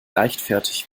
leichtfertig